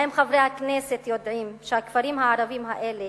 האם חברי הכנסת יודעים שהכפרים הערביים האלה